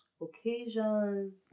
occasions